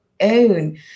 own